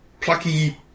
plucky